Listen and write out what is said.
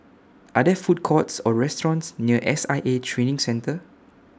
Are There Food Courts Or restaurants near S I A Training Centre